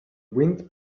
wind